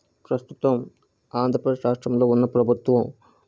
ప్రస్తుతం ఆంధ్రప్రదేశ్ రాష్ట్రములో ఉన్న ప్రభుత్వం